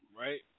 right